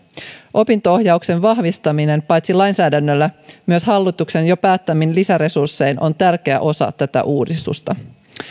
opinto ohjauksen vahvistaminen paitsi lainsäädännöllä myös hallituksen jo päättämin lisäresurssein on tärkeä osa tätä uudistusta